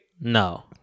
No